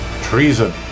Treason